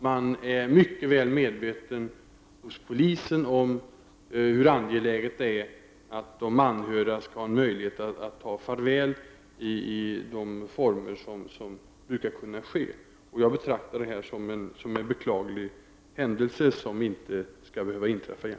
Man är hos polisen mycket väl medveten om hur angeläget det är att de anhöriga får möjlighet att ta farväl i de former som brukar förekommer. Jag betraktar detta som en beklaglig händelse som inte skall behöva inträffa igen.